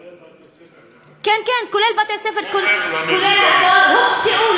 כולל בתי-ספר, כן כן, כולל בתי-ספר, כולל הכול.